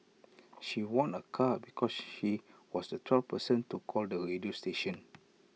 she won A car because she was the twelfth person to call the radio station